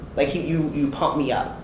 like, you you pump me up.